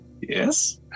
Yes